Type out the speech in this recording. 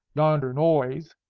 yonder noise,